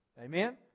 Amen